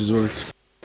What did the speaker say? Izvolite.